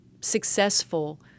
successful